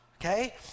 Okay